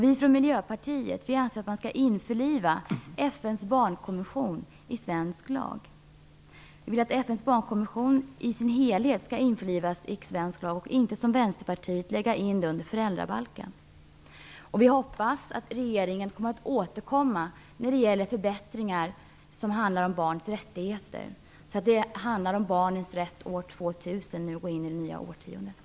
Vi från Miljöpartiet anser att man skall införliva FN:s barnkonvention med svensk lag. Vi vill att FN:s barnkonvention i sin helhet skall införlivas med svensk lag i stället för att den, som Vänsterpartiet föreslår, läggs in under föräldrabalken. Vi hoppas att regeringen återkommer när det gäller förbättringar som handlar om barns rättigheter. Det handlar om barnens rätt år 2000, när vi går in i det nya årtiondet.